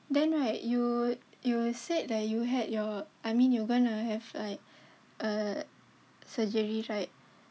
then right you you said that you had your I mean you're gonna have like a surgery right